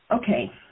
Okay